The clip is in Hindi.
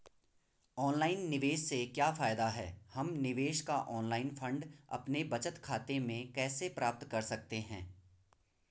ऑनलाइन निवेश से क्या फायदा है हम निवेश का ऑनलाइन फंड अपने बचत खाते में कैसे प्राप्त कर सकते हैं?